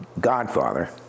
godfather